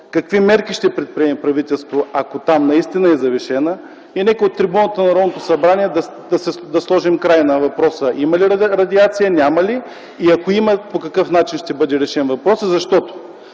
Какви мерки ще предприеме правителството, ако там наистина е завишена? Нека от трибуната на Народното събрание да сложим край на въпроса: има ли радиация, няма ли и, ако има, по какъв начин ще бъде решен въпросът?